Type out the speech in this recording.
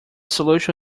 solution